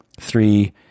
Three